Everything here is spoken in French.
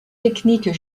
technique